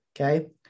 Okay